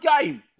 game